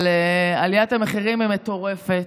אבל עליית המחירים היא מטורפת.